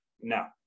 no